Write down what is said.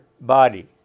body